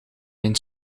mijn